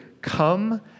come